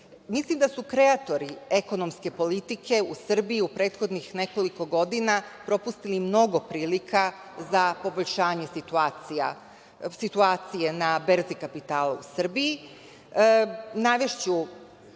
Mislim da su kreator ekonomske politike u Srbiji u prethodnih nekoliko godina propustili mnogo prilika za poboljšanje situacije na berzi kapitala u Srbiji. Navešću